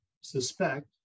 suspect